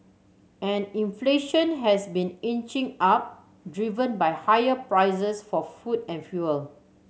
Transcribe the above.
and inflation has been inching up driven by higher prices for food and fuel